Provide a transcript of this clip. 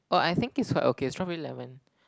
oh I think it's quite okay strawberry lemon